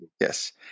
Yes